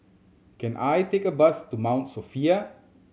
can I take a bus to Mount Sophia